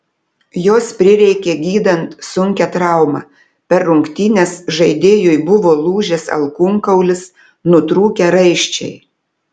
jos prireikė gydant sunkią traumą per rungtynes žaidėjui buvo lūžęs alkūnkaulis nutrūkę raiščiai